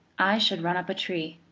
i should run up a tree.